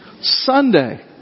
Sunday